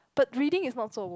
but reading is not so worse